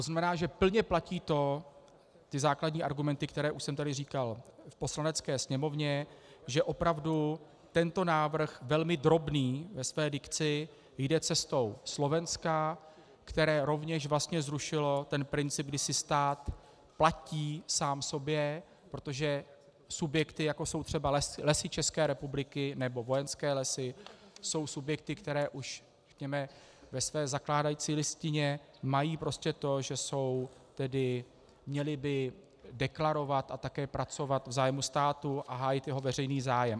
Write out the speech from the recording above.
Jsem rád, že plně platí to, ty základní argumenty, které jsem už tady v Poslanecké sněmovně říkal, že opravdu tento návrh, velmi drobný ve své dikci, jde cestou Slovenska, které rovněž vlastně zrušilo ten princip, kdy si stát platí sám sobě, protože subjekty, jako jsou třeba Lesy České republiky nebo Vojenské lesy, jsou subjekty, které už ve své zakládající listině mají prostě to, že by měly deklarovat a také pracovat v zájmu státu a hájit jeho veřejný zájem.